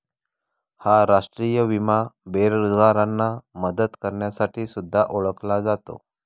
हा राष्ट्रीय विमा बेरोजगारांना मदत करण्यासाठी सुद्धा ओळखला जातो